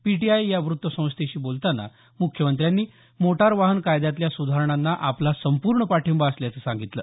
PTI या वृत्तसंस्थेशी बोलतांना मुख्यमंत्र्यांनी मोटार वाहन कायद्यातल्या सुधारणांना आपला संपूर्ण पाठिंबा असल्याचं सांगितलं